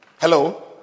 Hello